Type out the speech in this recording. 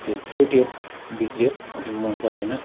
त्यो फुट्यो बिग्रियो अलिक मन परेन